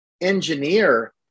engineer